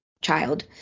child